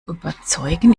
überzeugen